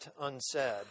Unsaid